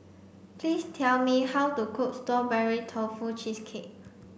please tell me how to cook strawberry tofu cheesecake